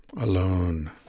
alone